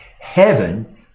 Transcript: heaven